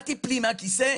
אל תפלי מהכיסא,